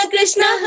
Krishna